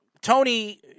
Tony